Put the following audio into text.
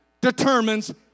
determines